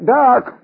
dark